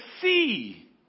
see